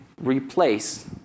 replace